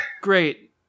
Great